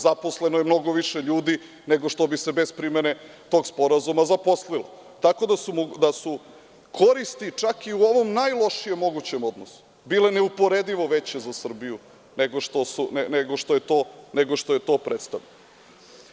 Zaposleno je mnogo više ljudi nego što bi se bez primene tog sporazuma zaposlilo, tako da su koristi čak i u ovom najlošijem mogućem odnosu bile neuporedivo veće za Srbiju nego što je to predstavljeno.